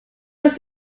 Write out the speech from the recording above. was